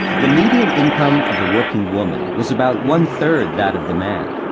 the median income of the working woman was about one-third that of the man.